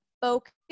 focus